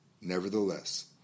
Nevertheless